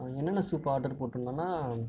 என்னென்ன soup order போட்டிருந்தோன்னா